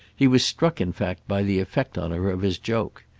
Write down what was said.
he was struck in fact by the effect on her of his joke.